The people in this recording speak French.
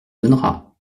donneras